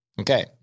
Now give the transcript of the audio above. Okay